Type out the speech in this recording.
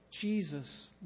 Jesus